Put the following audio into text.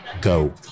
Go